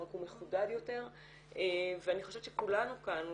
רק הוא מחודד יותר ואני חושבת שכולנו כאן,